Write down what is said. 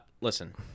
listen